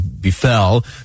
befell